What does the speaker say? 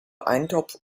eintopf